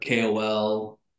KOL